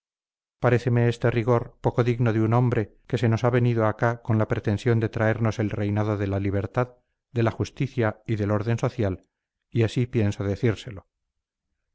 anulara paréceme este rigor poco digno de un hombre que se nos ha venido acá con la pretensión de traernos el reinado de la libertad de la justicia y del orden social y así pienso decírselo